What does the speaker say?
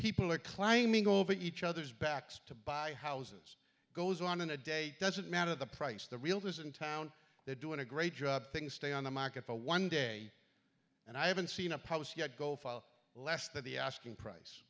people are climbing over each other's backs to buy houses goes on in a day doesn't matter the price the realtors in town they're doing a great job things stay on the market for one day and i haven't seen a post yet go file less than the asking price